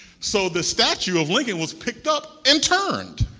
so the statue of lincoln was picked up and turned.